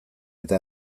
eta